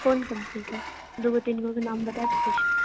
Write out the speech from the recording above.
कोन कम्पनीके दूगो तीनगो के नाम बता सकै छियै